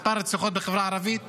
מספר הרציחות בחברה הערבית